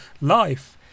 life